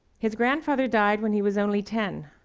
his grandfather died when he was only ten.